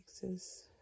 Texas